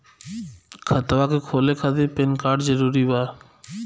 खतवा के खोले खातिर पेन कार्ड जरूरी बा?